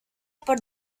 por